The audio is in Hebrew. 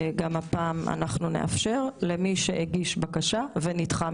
גם הפעם אנחנו נאפשר למי שהגיש בקשה ונדחה.